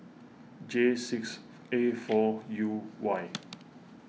J six A four U Y